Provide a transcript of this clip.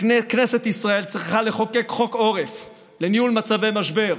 כנסת ישראל צריכה לחוקק חוק עורף לניהול מצבי משבר,